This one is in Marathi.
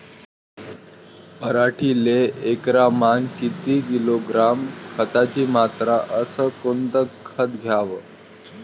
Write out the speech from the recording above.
पराटीले एकरामागं किती किलोग्रॅम खताची मात्रा अस कोतं खात द्याव?